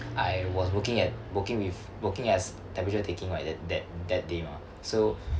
I was working at working with working as temperature taking right that that day mah so